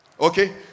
Okay